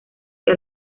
que